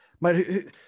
mate